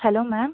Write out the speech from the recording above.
hello ma'am